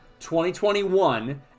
2021